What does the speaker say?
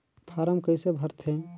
Form कइसे भरते?